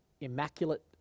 immaculate